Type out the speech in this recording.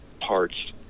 parts